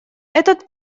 этот